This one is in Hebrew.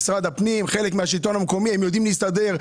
משרד הפנים הוא חלק מהשלטון המקומי והם יודעים להסתדר,